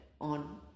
on